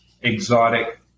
exotic